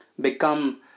Become